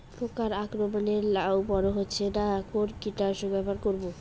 পোকার আক্রমণ এ লাউ বড় হচ্ছে না কোন কীটনাশক ব্যবহার করব?